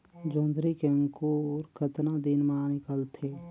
जोंदरी के अंकुर कतना दिन मां निकलथे?